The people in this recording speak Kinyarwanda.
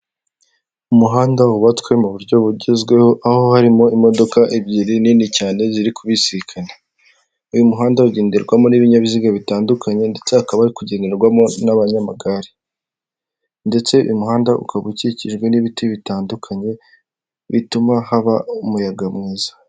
Umuhanda wubatswe mu buryo bugezweho, aho harimo imodoka ebyiri nini cyane ziri kubisikana, uyu muhanda ugenderwamo n'ibinyabiziga bitandukanye ndetse hakaba hari kugenderwamo n'abanyamagare ndetse umuhanda ukaba ukikijwe n'ibiti bitandukanye bituma haba umuyaga mwiza.